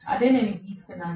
అదే నేను గీస్తున్నాను